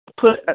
put